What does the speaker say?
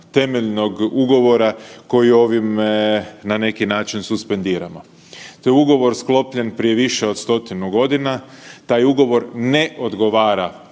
temeljnog ugovora koji ovim na neki način suspendiramo. To je ugovor sklopljen prije više od stotinu godina, taj ugovor ne odgovara